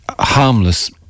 harmless